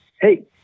Hey